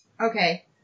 Okay